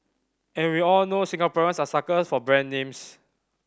and we all know Singaporeans are suckers for brand names